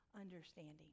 understanding